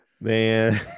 Man